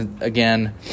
again